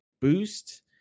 boost